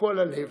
מכל הלב,